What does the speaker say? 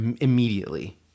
immediately